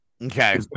Okay